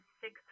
six